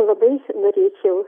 labai norėčiau